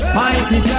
mighty